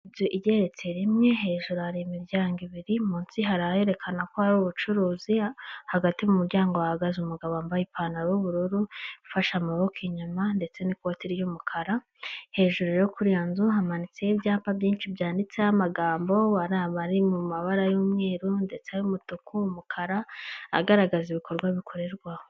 Inzu igeretse rimwe hejuru hari imiryango ibiri munsi hari arerekana ko hari ubucuruzi hagati mu muryango ahahagaze umugabo wambaye ipantaro y'ubururu ifashe amaboko inyama ndetse n'ikoti ry'umukara hejuru kuri iyo nzu hamanitseho ibyapa byinshi byanditseho amagambo hari aba ari mu mabara y'umweru ndetse'umutuku'umukara agaragaza ibikorwa bikorerwaho.